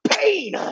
pain